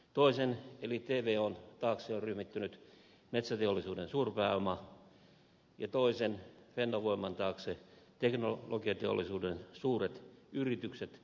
toisen eli tvon taakse on ryhmittynyt metsäteollisuuden suurpääoma ja toisen fennovoiman taakse teknologiateollisuuden suuret yritykset vahvistettuna ylikansallisen e